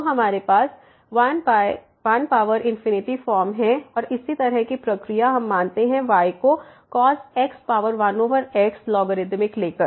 तो हमारे पास 1 फॉर्म है और इसी तरह की प्रक्रिया हम मानते हैं y को 1x लॉगरिदमिक लेकर